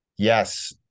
Yes